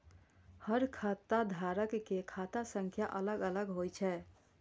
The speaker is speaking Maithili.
हर खाता धारक के खाता संख्या अलग अलग होइ छै